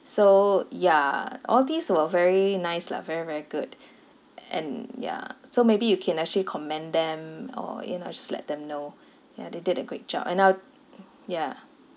so ya all these were very nice lah very very good and ya so maybe you can actually commend them or you know just let them know ya they did a great job and I would ya